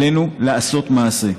עלינו לעשות מעשה.